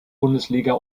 bundesliga